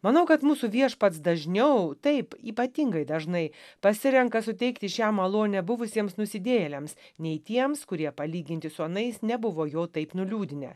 manau kad mūsų viešpats dažniau taip ypatingai dažnai pasirenka suteikti šią malonę buvusiems nusidėjėliams nei tiems kurie palyginti su anais nebuvo jo taip nuliūdinę